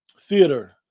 theater